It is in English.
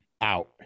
out